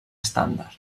estàndard